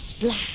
black